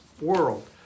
world